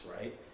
right